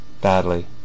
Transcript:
badly